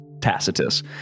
Tacitus